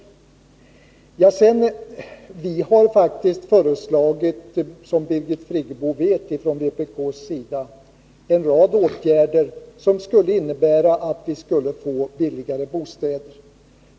Vi har faktiskt från vpk:s sida föreslagit, vilket Birgit Friggebo vet, en rad åtgärder som skulle innebära att vi skulle få billigare bostäder.